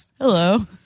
hello